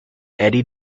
eddy